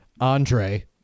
Andre